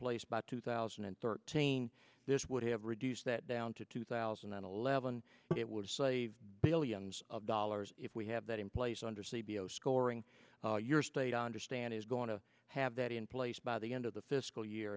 place by two thousand and thirteen this would have reduced that down to two thousand and eleven it would save billions of dollars if we have that in place under c b o scoring your state under stand is going to have that in place by the end of the fiscal year